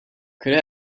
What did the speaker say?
could